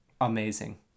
amazing